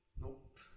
Nope